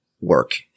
work